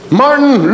martin